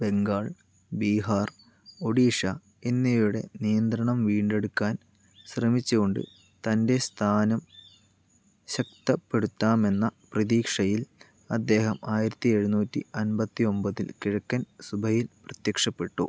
ബംഗാൾ ബീഹാർ ഒഡീഷ എന്നിവയുടെ നിയന്ത്രണം വീണ്ടെടുക്കാൻ ശ്രമിച്ചു കൊണ്ട് തൻ്റെ സ്ഥാനം ശക്തപ്പെടുത്താമെന്ന പ്രതീക്ഷയിൽ അദ്ദേഹം ആയിരത്തി എഴുന്നൂറ്റി അൻപത്തി ഒമ്പതിൽ കിഴക്കൻ സുബയിൽ പ്രത്യക്ഷപ്പെട്ടു